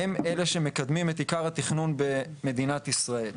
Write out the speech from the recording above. הם אלה שמקדמים את עיקר התכנון במדינת ישראל.